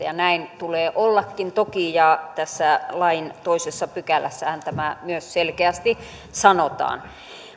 ja näin tulee toki ollakin ja myös tässä lain toisessa pykälässähän tämä selkeästi sanotaan